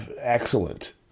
excellent